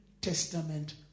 Testament